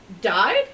died